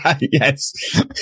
yes